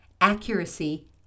accuracy